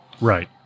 Right